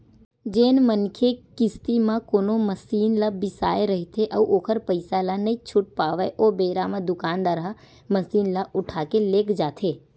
जेन मनखे किस्ती म कोनो मसीन ल बिसाय रहिथे अउ ओखर पइसा ल नइ छूट पावय ओ बेरा म दुकानदार ह मसीन ल उठाके लेग जाथे